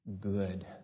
good